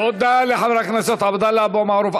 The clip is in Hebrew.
תודה לחבר הכנסת עבדאללה אבו מערוף.